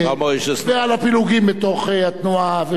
ועל הפילוגים בתוך התנועה.